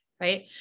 Right